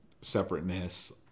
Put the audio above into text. separateness